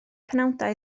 penawdau